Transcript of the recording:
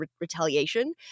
retaliation